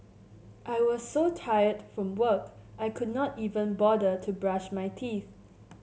I was so tired from work I could not even bother to brush my teeth